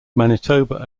manitoba